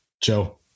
Joe